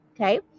Okay